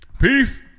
Peace